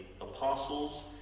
apostles